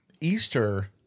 easter